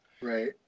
Right